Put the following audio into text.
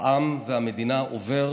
העם והמדינה עובר,